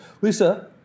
Lisa